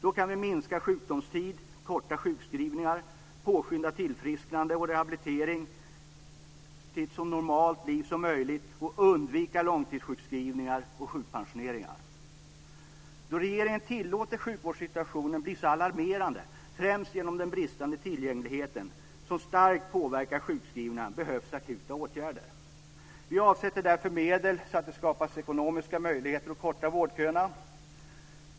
Då kan vi minska sjukdomstid, korta sjukskrivningar, påskynda tillfrisknande och rehabilitera till ett så normalt liv som möjligt och undvika långtidssjukskrivningar och sjukpensioneringar. Då regeringen tillåtit sjukvårdssituationen att bli alarmerande främst genom den bristande tillgängligheten som starkt påverkar sjukskrivningarna behövs akuta åtgärder. Vi avsätter därför medel så att det skapas ekonomiska möjligheter att korta vårdköerna.